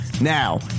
Now